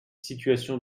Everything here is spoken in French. situations